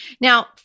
Now